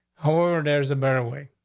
however, there's a better way.